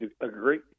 agree